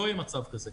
לא יהיה מצב כזה.